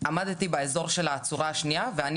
שעמדתי באזור של העצורה השנייה ואני